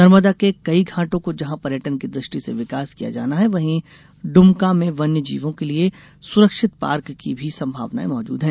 नर्मदा के कई घाटों का जहां पर्यटन की दृष्टि से विकास किया जाना है वहीं डुमका में वन्य जीवों के लिये सुरक्षित पार्क की भी संभावनाएं मौजूद हैं